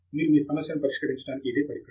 మీరు మీ సమస్యను పరిష్కరించటానికి ఇదే పడికట్టు